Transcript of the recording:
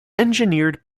engineered